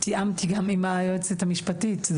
תיאמתי גם עם היועצת המשפטית.